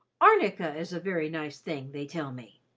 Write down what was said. arnica is a very nice thing, they tell me.